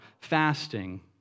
fasting